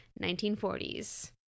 1940s